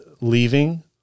leaving